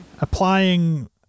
applying